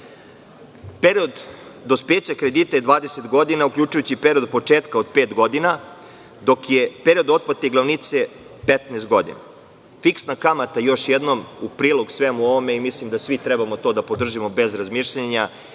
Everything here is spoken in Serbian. Period dospeća kredita je 20 godina, uključujući i period od početka, od pet godina, dok je period otplate glavnice 15 godina. Fiksna kamata, još jednom u prilog svemu ovome i mislim da svi treba to da podržimo bez razmišljanja,